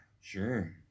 Sure